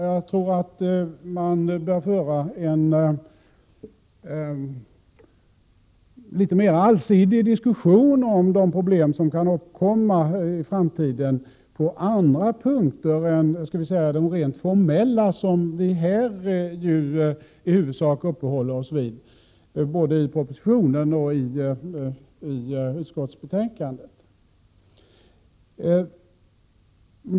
Jag tror att man bör föra en litet mer allsidig diskussion om de problem som kan uppkomma i framtiden på andra punkter än de rent formella, som vi här i huvudsak — på grundval av propositionen och utskottsbetänkandet — uppehåller oss vid.